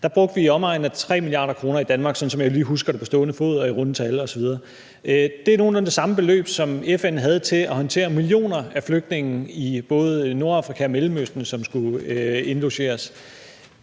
var det i omegnen af 3 mia. kr. i Danmark, sådan som jeg lige husker det på stående fod og i runde tal osv. Det er nogenlunde det samme beløb, som FN havde til at håndtere millioner af flygtninge i både Nordafrika og Mellemøsten, som skulle indlogeres.